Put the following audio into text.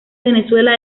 venezuela